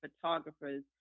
photographers